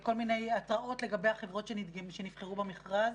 כל מיני הצעות לגבי החברות שנבחרות במכרז.